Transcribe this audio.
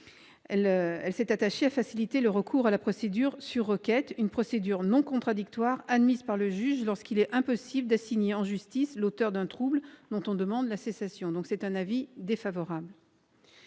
Elle s'est attachée à faciliter le recours à la procédure sur requête, une procédure non contradictoire admise par le juge lorsqu'il est impossible d'assigner en justice l'auteur d'un trouble dont on demande la cessation. En conséquence,